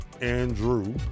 Andrew